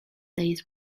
dates